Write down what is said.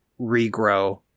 regrow